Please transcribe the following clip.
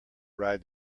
ride